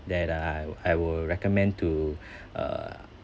that I I will recommend to uh